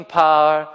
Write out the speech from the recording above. power